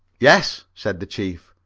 yes, said the chief,